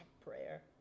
prayer